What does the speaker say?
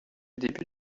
début